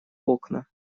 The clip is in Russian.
окна